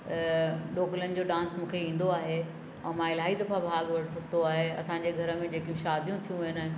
ढोकलनि जो डांस मूंखे ईंदो आहे ऐं मां इलाही दफ़ा भाग वरितो आए असांजे घर में जेके शादियूं थियूं आहिनि